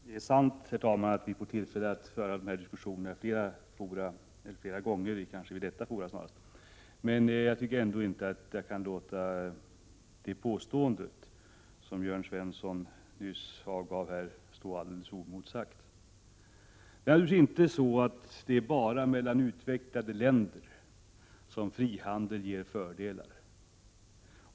Herr talman! Det är sant att vi får tillfälle att föra denna diskussion flera gånger i detta forum. Jag kan ändå inte låta det påstående som Jörn Svensson nyss gjorde stå helt oemotsagt. Det är naturligtvis inte bara mellan utvecklade länder som frihandeln ger fördelar.